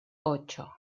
ocho